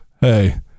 Hey